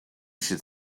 should